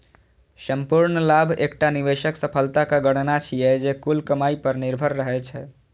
संपूर्ण लाभ एकटा निवेशक सफलताक गणना छियै, जे कुल कमाइ पर निर्भर रहै छै